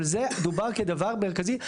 אבל זה דובר כדבר מרכזי.